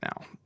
now